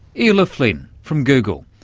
iarla flynn from google,